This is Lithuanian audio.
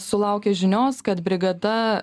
sulaukė žinios kad brigada